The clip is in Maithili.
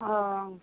ओ